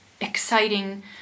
exciting